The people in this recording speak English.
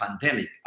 pandemic